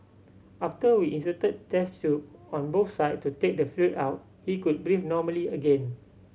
after we inserted chest tube on both side to take the fluid out he could breathe normally again